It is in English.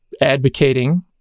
advocating